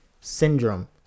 syndrome